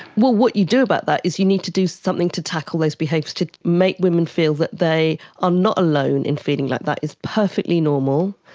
well, what you do about that is you need to do something to tackle those behaviours, to make women feel that they are not alone in feeling like that, it's perfectly normal,